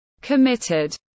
committed